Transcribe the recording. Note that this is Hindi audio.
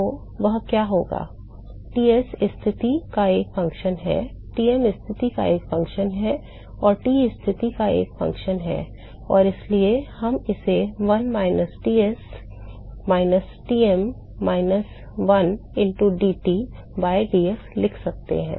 तो वह होगा Ts स्थिति का एक फ़ंक्शन है T m स्थिति का एक फ़ंक्शन है और T स्थिति का एक फ़ंक्शन है और इसलिए अब हम इसे 1 by Ts minus Tm minus 1 into dT by dx लिख सकते हैं